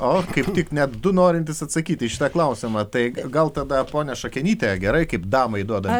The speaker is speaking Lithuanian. o kaip tik net du norintys atsakyti į šitą klausimą tai gal tada ponia šakenyte gerai kaip damai duodam